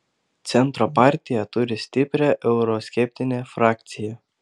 centro partija turi stiprią euroskeptinę frakciją